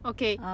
Okay